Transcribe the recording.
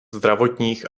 zdravotních